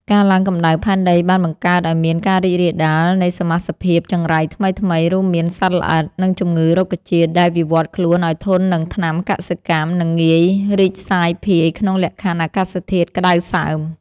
ការឡើងកម្ដៅផែនដីបានបង្កើតឱ្យមានការរីករាលដាលនៃសមាសភាពចង្រៃថ្មីៗ រួមមានសត្វល្អិត និងជំងឺរុក្ខជាតិដែលវិវត្តខ្លួនឱ្យធន់នឹងថ្នាំកសិកម្ម និងងាយរីកសាយភាយក្នុងលក្ខខណ្ឌអាកាសធាតុក្ដៅសើម។